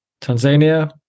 Tanzania